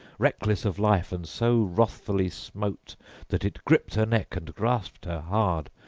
reckless of life, and so wrathfully smote that it gripped her neck and grasped her hard,